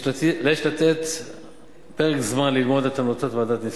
יש לתת פרק זמן ללמוד את המלצות ועדת-ניסן.